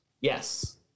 yes